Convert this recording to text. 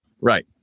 Right